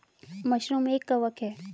mushroom एक कवक है